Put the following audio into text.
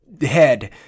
head